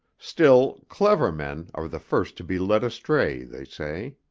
still, clever men are the first to be led astray, they say.